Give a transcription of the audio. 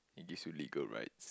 it gives you legal rights